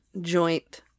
joint